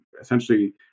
essentially